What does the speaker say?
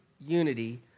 unity